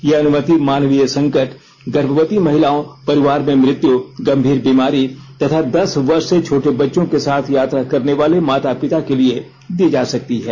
यह अनुमति मानवीय संकट ंगर्भवती महिलाओं परिवार में मृत्यू गंभीर बीमारी तथा दस वर्ष से छोटे बच्चों के साथ यात्रा करने वाले माता पिता के लिए दी जा सकती है